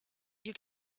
you